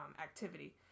activity